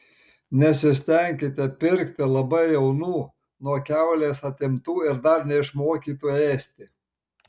nesistenkite pirkti labai jaunų nuo kiaulės atimtų ir dar neišmokytų ėsti